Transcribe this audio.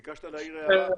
ביקשת להעיר הערה?